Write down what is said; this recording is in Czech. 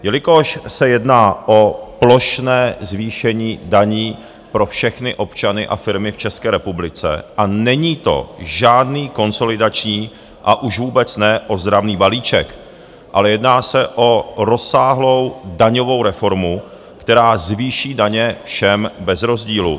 Jelikož se jedná o plošné zvýšení daní pro všechny občany a firmy v České republice a není to žádný konsolidační a už vůbec ne ozdravný balíček, ale jedná se o rozsáhlou daňovou reformu, která zvýší daně všem bez rozdílu.